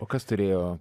o kas turėjo